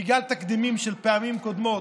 בגלל תקדימים של פעמים קודמות,